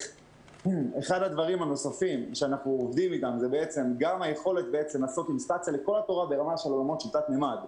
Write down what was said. אחד הדברים הנוספים זו היכולת לעשות --- לכל התורה ברמה של תלת-ממד.